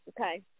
Okay